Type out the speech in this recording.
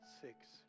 six